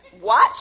Watch